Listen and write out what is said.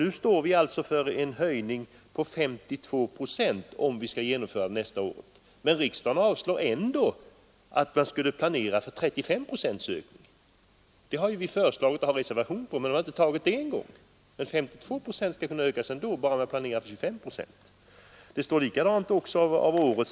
Nu står vi inför en höjning med 52 procent om vi skall uppnå målet nästa år, men utskottsmajoriteten avstyrker ändå förslaget att man skulle planera för 35 procents ökning. Det har vi föreslagit i motion och reservation, men majoriteten har inte ens anslutit sig till det kravet. Man skall alltså kunna öka med 52 procent ändå, bara man planerar för ökning på 25 procent!